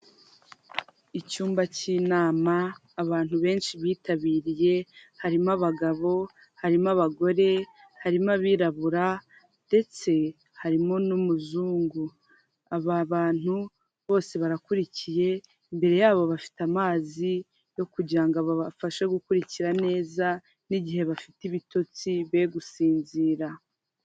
Icyumba cy'inama abantu benshi bitabiriye harimo; abagabo, harimo abagore ,harimo abirabura ndetse harimo n'umuzungu aba bantu bose barakurikiye, imbere y'abo bafite amazi yo kugira ngo babafashe gukurikira neza n'igihe bafite ibitotsi be gusinzira.